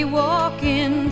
walking